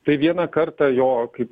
tai vieną kartą jo kaip